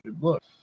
look